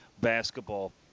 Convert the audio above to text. basketball